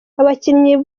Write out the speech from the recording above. abakinnyi